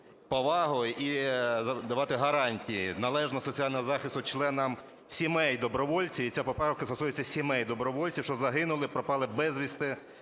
повагу і давати гарантії належного соціального захисту членам сімей добровольців. І ця поправка стосується сімей добровольців, що загинули, пропали безвісти